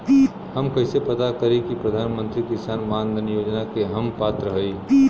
हम कइसे पता करी कि प्रधान मंत्री किसान मानधन योजना के हम पात्र हई?